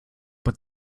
but